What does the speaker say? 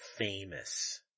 famous